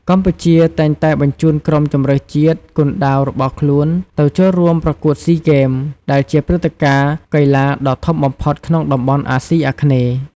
កម្ពុជាតែងតែបញ្ជូនក្រុមជម្រើសជាតិគុនដាវរបស់ខ្លួនទៅចូលរួមប្រកួតស៊ីហ្គេម ដែលជាព្រឹត្តិការណ៍កីឡាដ៏ធំបំផុតក្នុងតំបន់អាស៊ីអាគ្នេយ៍។